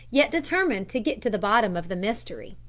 yet determined to get to the bottom of the mystery.